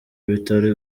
bitaro